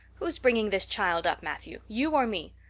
who's bringing this child up, matthew, you or me?